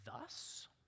Thus